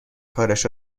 کارش